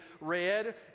read